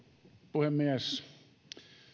puhemies